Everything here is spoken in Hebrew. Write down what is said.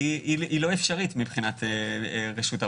לא אפשרית מבחינת רשות האוכלוסין.